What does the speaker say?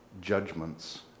judgments